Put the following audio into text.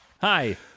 Hi